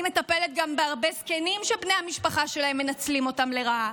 אני מטפלת גם בהרבה זקנים שבני המשפחה שלהם מנצלים אותם לרעה,